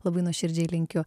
labai nuoširdžiai linkiu